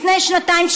לפני שנתיים,